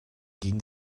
gegen